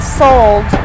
sold